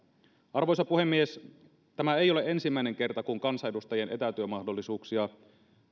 arvoisa puhemies tämä ei ole ensimmäinen kerta kun kansanedustajien etätyömahdollisuuksia